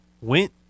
went